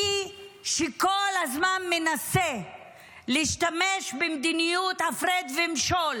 מי שכל הזמן מנסה להשתמש במדיניות הפרד ומשול